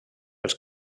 els